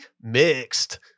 mixed